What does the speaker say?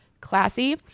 classy